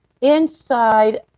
inside